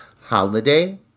holiday